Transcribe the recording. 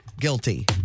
Guilty